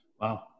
Wow